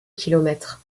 kilomètres